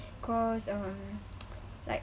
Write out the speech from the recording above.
cause um like